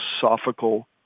philosophical